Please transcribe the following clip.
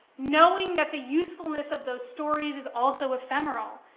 knowing that the usefulness of those stories is also ephemeral,